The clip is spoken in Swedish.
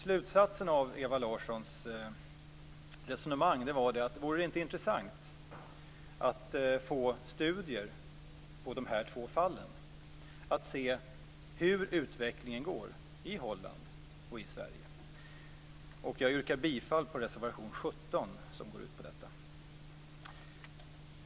Slutsatsen av Ewa Larssons resonemang var att det kunde vara intressant att få studier på de här två fallen, att se hur utvecklingen går i Holland och i Sverige. Jag yrkar bifall till reservation 17, som går ut på detta.